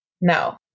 No